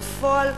בפועל קיימות,